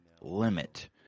limit